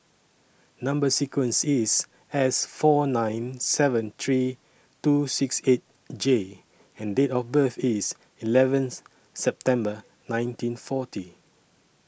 Number sequence IS S four nine seven three two six eight J and Date of birth IS eleventh September nineteen forty